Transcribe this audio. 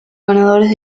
ganadores